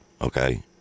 Okay